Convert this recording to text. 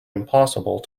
impossible